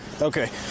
Okay